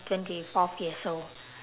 twenty fourth years old